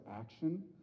action